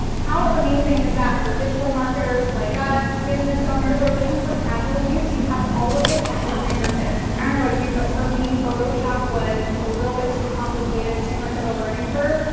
how amazing is that for digital marketers like us, business owners or even for casual use, you have all of this at your fingertips and you but for me photoshop was a little bit too complicated, too much of a learning curve.